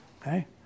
Okay